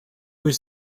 was